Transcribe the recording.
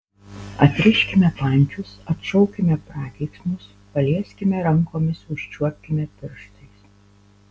atriškime pančius atšaukime prakeiksmus palieskime rankomis užčiuopkime pirštais